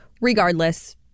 Regardless